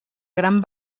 gran